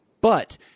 But-